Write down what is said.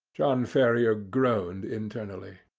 john ferrier groaned internally.